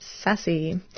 Sassy